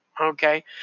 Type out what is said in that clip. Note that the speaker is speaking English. Okay